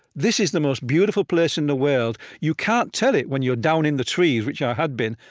this is the most beautiful place in the world. you can't tell it when you're down in the trees, which i had been,